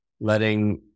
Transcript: letting